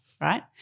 right